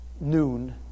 noon